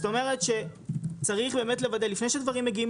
זאת אומרת שצריך באמת לוודא לפני שדברים מגיעים